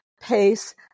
pace